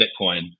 Bitcoin